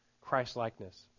Christlikeness